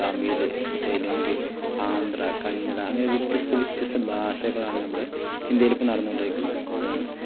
തമിഴ് തെലുങ്ക് ആന്ധ്ര കന്നഡ അങ്ങനെ വ്യത്യസ്ത വ്യത്യസ്ത ഭാഷകളാണ് നമ്മളെ ഇന്ത്യയിൽ ഇപ്പോൾ നടന്നു കൊണ്ടിരിക്കുന്നത്